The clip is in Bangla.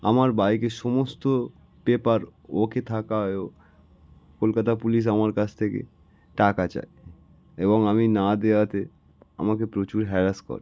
আমার বাইকে সমস্ত পেপার ও কে থাকায়ও কলকাতা পুলিশ আমার কাছ থেকে টাকা চায় এবং আমি না দেওয়াতে আমাকে প্রচুর হ্যারাস করে